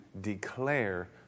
declare